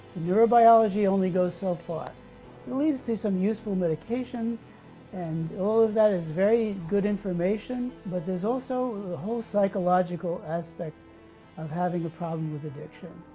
neurobiology only goes so far. it leads to some useful medications and all of that is very good information, but there's also the whole psychological aspect of having a problem with addiction,